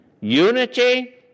Unity